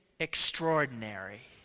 extraordinary